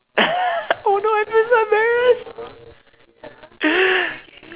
oh no I feel so embarrassed